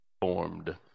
formed